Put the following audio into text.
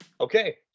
Okay